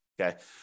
Okay